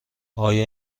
آیا